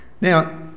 Now